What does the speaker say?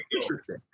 interesting